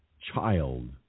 child